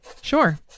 Sure